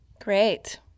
Great